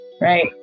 right